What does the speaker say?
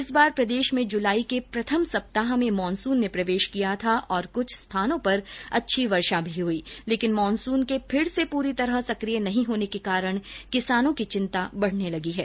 इस बार प्रदेश में जुलाई के प्रथम सप्ताह में मानसून ने प्रवेश किया था और कुछ स्थानों पर अच्छी वर्षा भी हुई लेकिन मानूसन के फिर से पूरी तरह सकिय नहीं होने के कारण किसानों की चिंता बढने लगी है